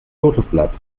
lotosblatt